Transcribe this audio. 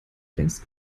längst